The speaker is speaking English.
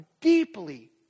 deeply